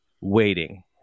waiting